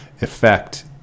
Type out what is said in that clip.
effect